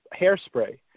hairspray